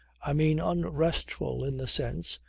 i mean unrestful in the sense,